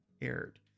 aired